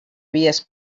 vies